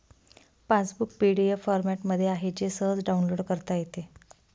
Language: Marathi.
पासबुक पी.डी.एफ फॉरमॅटमध्ये आहे जे सहज डाउनलोड करता येते